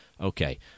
okay